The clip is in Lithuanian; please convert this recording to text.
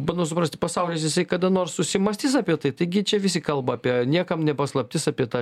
bandau suprasti pasaulis jisai kada nors susimąstys apie tai taigi čia visi kalba apie niekam ne paslaptis apie tą